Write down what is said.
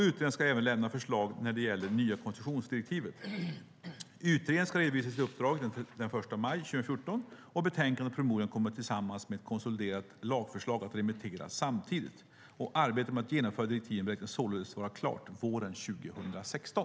Utredaren ska även lämna förslag när det gäller det nya koncessionsdirektivet. Utredningen ska redovisa sitt uppdrag den 1 maj 2014. Betänkandet och promemorian kommer tillsammans med ett konsoliderat lagförslag att remitteras samtidigt. Arbetet med att genomföra direktiven beräknas således vara klart våren 2016.